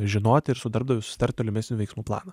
žinoti ir su darbdaviu susitart tolimesnių veiksmų planą